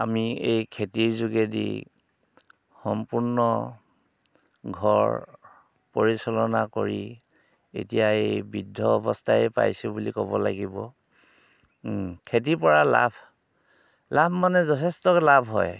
আমি এই খেতিৰ যোগেদি সম্পূৰ্ণ ঘৰ পৰিচালনা কৰি এতিয়া এই বৃদ্ধ অৱস্থাই পাইছোঁ বুলি ক'ব লাগিব খেতিৰ পৰা লাভ লাভ মানে যথেষ্ট লাভ হয়